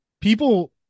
People